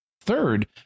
Third